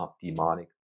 demonic